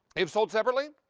if sold separately,